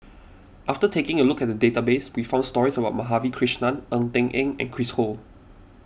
after taking a look at the database we found stories about Madhavi Krishnan Ng Eng Teng and Chris Ho